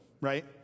right